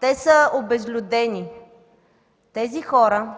Те са обезлюдени. Тези хора